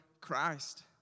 Christ